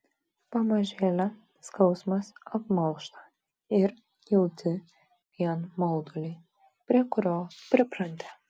pamažėle skausmas apmalšta ir jauti vien maudulį prie kurio pripranti